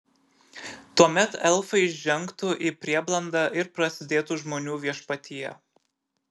tuomet elfai žengtų į prieblandą ir prasidėtų žmonių viešpatija